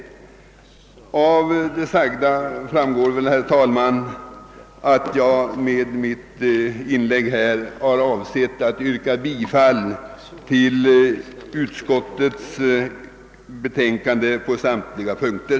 Herr talman! Av det sagda torde ha framgått att jag med mitt inlägg avsett att yrka bifall till utskottets hemställan under samtliga punkter.